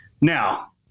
Now